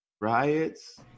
riots